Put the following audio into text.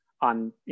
on